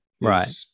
Right